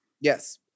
Yes